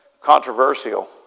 controversial